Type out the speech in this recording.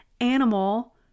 animal